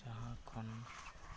ᱡᱟᱦᱟᱸ ᱠᱷᱚᱱ